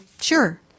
Sure